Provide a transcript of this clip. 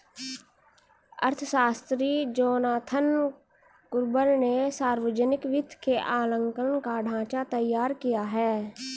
अर्थशास्त्री Jonathan Gruber ने सावर्जनिक वित्त के आंकलन का ढाँचा तैयार किया है